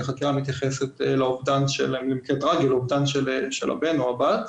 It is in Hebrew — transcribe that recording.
כי החקירה מתייחסת לאובדן של הבן או הבת,